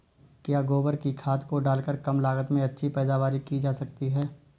क्या गोबर की खाद को डालकर कम लागत में अच्छी पैदावारी की जा सकती है?